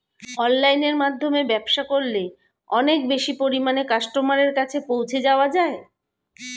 অনলাইনের মাধ্যমে ব্যবসা করলে অনেক বেশি পরিমাণে কাস্টমারের কাছে পৌঁছে যাওয়া যায়?